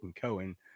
Cohen